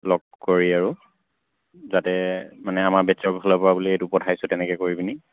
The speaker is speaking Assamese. লগ কৰি আৰু যাতে মানে আমাৰ বেটছৰফালৰপৰা বুলি এইটো পঠাইছোঁ তেনেকৈ কৰি পিনি